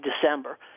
December